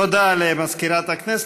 תודה למזכירת הכנסת.